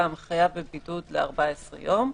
חייב בבידוד ל-14 יום.